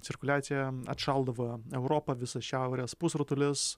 cirkuliacija atšaldavo europa visas šiaurės pusrutulis